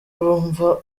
bumva